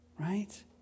Right